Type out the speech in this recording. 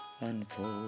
unfold